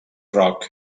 rock